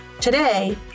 Today